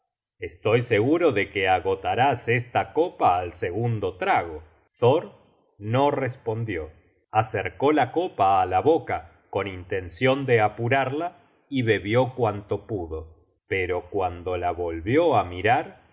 estoy seguro de que agotarás esta copa al segundo trago thor no respondió acercó la copa á la boca con intencion de apurarla y bebió cuanto pudo pero cuando la volvió á mirar